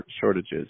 shortages